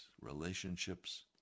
relationships